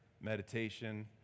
meditation